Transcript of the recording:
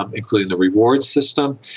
um including the reward system,